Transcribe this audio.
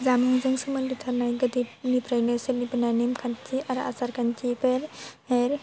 जामिनजों सोमोन्दो थानाय गोदोनिफ्राइनो सोलिबोनाय नेमखान्थि आरो आसारखान्थि बे बे